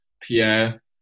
Pierre